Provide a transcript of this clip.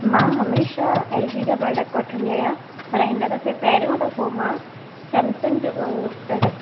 मां हमेशह L G जा प्रोडक्ट वठंदी आहियां पर हिन दफ़े पहिरियों दफ़ो मां सैमसंग जो प्रोडक्ट